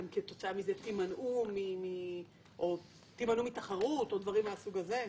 אתם כתוצאה מזה תימנעו מתחרות או דברים מהסוג הזה?